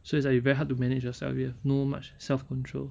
so it's like you very hard to manage yourself you have no much self control